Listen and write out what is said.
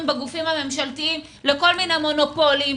בגופים הממשלתיים לכול מיני מונופולים,